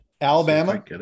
Alabama